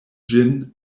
ĝin